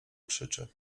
krzyczy